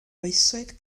oesoedd